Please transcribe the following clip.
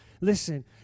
Listen